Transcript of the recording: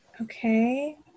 Okay